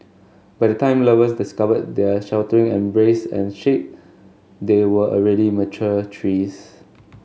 by the time lovers discovered their sheltering embrace and shade they were already mature trees